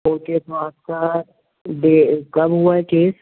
okay तो आपका day कब हुआ है केस